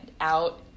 out